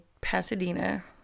Pasadena